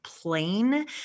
plain